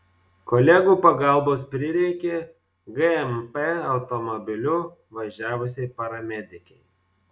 kolegų pagalbos prireikė gmp automobiliu važiavusiai paramedikei